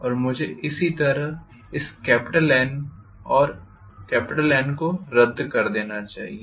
और मुझे इसी तरह इस Nऔर Nको रद्द कर देना चाहिए